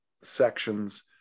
sections